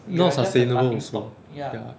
not sustainable also ya